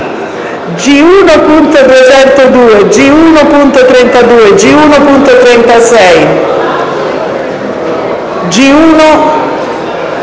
G1.202, G1.32, G1.36, G1.203